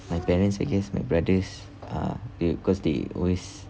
my parents I guess my brothers uh it cause they always